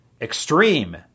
Extreme